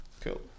Cool